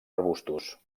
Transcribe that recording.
arbustos